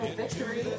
victory